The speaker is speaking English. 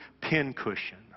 pincushion